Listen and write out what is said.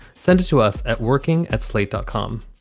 send it to us at working at slate dot com.